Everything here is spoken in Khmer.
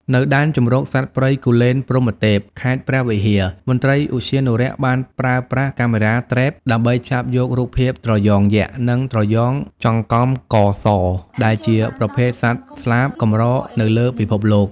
នៅ ដែនជម្រកសត្វព្រៃគូលែនព្រហ្មទេព ខេត្តព្រះវិហារ មន្ត្រីឧទ្យានុរក្សបានប្រើប្រាស់ Camera Trap ដើម្បីចាប់យករូបភាពត្រយ៉ងយក្ស និងត្រយ៉ងចង្កំកស ដែលជាប្រភេទសត្វស្លាបកម្រនៅលើពិភពលោក។